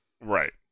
Right